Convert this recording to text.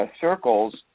circles